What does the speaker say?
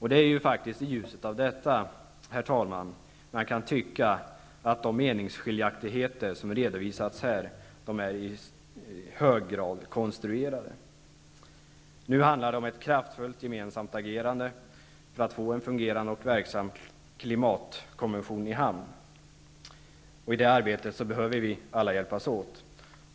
Herr talman! I ljuset av detta kan man tycka att de meningsskiljaktigheter som redovisats här i hög grad är konstruerade. Nu handlar det om ett kraftfullt gemensamt agerande för att få en fungerande och verksam klimatkonvention i hamn. I det arbetet behöver vi alla hjälpas åt.